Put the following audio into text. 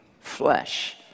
flesh